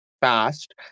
fast